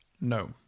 No